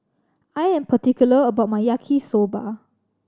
I am particular about my Yaki Soba